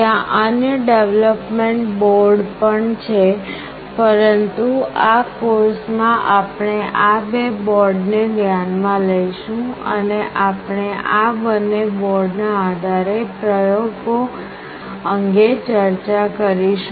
ત્યાં અન્ય development board પણ છે પરંતુ આ કોર્સ માં આપણે આ બે બોર્ડ ને ધ્યાન માં લઈશું અને આપણે આ બંને બોર્ડ ના આધારે પ્રયોગો અંગે ચર્ચા કરીશું